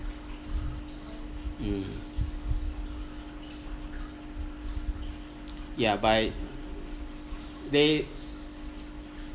mm ya by they